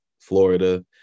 Florida